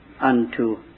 unto